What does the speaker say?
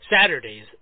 Saturdays